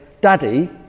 Daddy